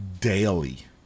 daily